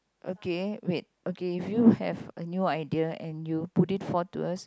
okay wait okay if you have a new idea and you put it forward to us